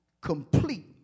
complete